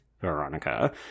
Veronica